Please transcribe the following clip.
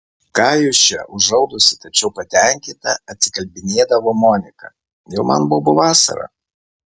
ką jūs čia užraudusi tačiau patenkinta atsikalbinėdavo monika jau man bobų vasara